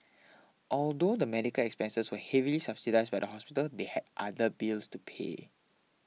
although the medical expenses were heavily subsidised by the hospital they had other bills to pay